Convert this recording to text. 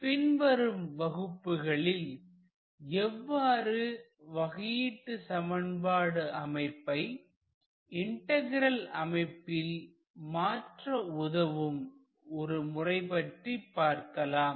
பின்வரும் வகுப்புகளில் எவ்வாறு வகையீட்டு சமன்பாடு அமைப்பை இன்டகிரல் அமைப்பில் மாற்ற உதவும் ஒரு முறை பற்றி பார்க்கலாம்